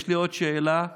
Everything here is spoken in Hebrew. יש לי עוד שאילתה רגילה.